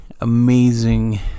amazing